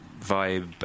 vibe